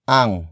ang